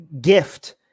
gift